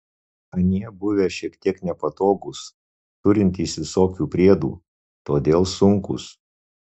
anie buvę šiek tiek nepatogūs turintys visokių priedų todėl sunkūs